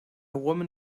woman